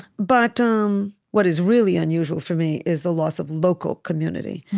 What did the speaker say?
but um what is really unusual, for me, is the loss of local community.